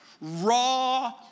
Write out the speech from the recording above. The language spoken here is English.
raw